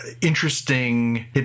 interesting